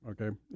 okay